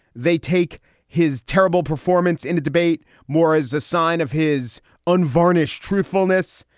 they take his terrible performance in the debate more as a sign of his unvarnished truthfulness.